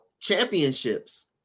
championships